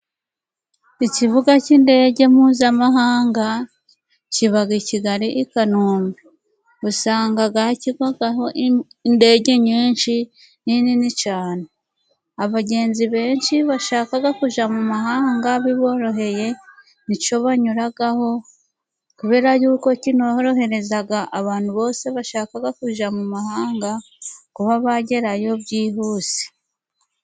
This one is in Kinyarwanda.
Ikibuga cy'indege mpuzamahanga kiba i Kigali i Kanombe. Usanga kigwaho indege nyinshi, n'inini cyane. Abagenzi benshi bashaka kujya mu mahanga biboroheye ni cyo banyuraho, kubera ko kinorohereza abantu bose bashaka kujya mu mahanga, kuba bagerayo byihuse.